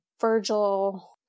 virgil